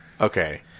Okay